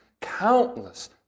countless